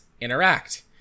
interact